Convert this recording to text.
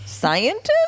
scientist